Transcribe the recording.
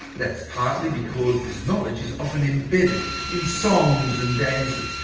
that's partly because this knowledge is often embedded in songs and dances,